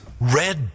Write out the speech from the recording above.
Red